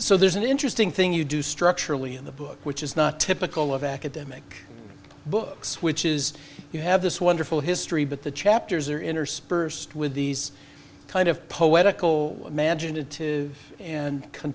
so there's an interesting thing you do structurally in the book which is not typical of academic books which is you have this wonderful history but the chapters are interspersed with these kind of poetical imaginative and co